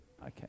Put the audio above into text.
okay